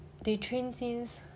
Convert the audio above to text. they train since